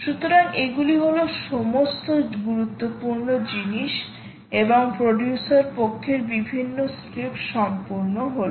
সুতরাং এগুলি হল সমস্ত গুরুত্বপূর্ণ জিনিস এবং প্রডিউসার পক্ষের বিভিন্ন স্ক্রিপ্ট সম্পূর্ণ হলো